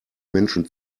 menschen